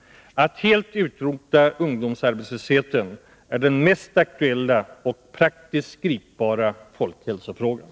Att helt utrota ungdomsarbetslösheten är den mest aktuella och praktiskt gripbara folkhälsofrågan.